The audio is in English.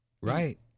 right